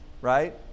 right